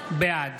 בעד